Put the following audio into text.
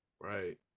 Right